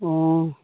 অঁ